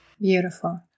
Beautiful